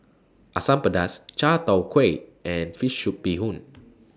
Asam Pedas Chai Tow Kuay and Fish Soup Bee Hoon